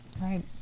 Right